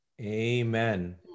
Amen